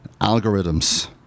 algorithms